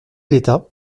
l’état